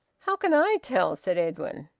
how can i tell? said edwin.